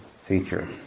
feature